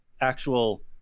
actual